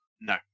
No